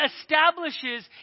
establishes